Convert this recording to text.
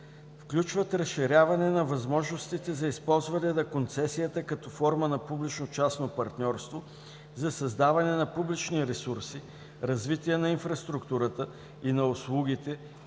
включват разширяване на възможностите за използване на концесията като форма на публично-частно партньорство за създаване на публични ресурси, развитие на инфраструктурата и на услугите